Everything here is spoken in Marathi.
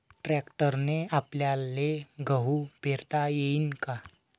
ट्रॅक्टरने आपल्याले गहू पेरता येईन का?